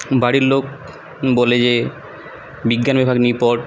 বাড়ির লোক বলে যে বিজ্ঞানবিভাগ নিয়ে পড়